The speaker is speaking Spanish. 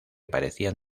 parecían